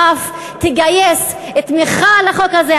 ואף תגייס תמיכה לחוק הזה.